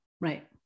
Right